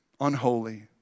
Unholy